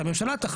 שהממשלה תחליט.